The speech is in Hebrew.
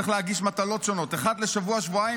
צריך להגיש מטלות שונות אחת לשבוע-שבועיים,